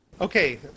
Okay